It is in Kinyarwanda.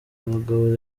abagabo